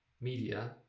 media